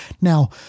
Now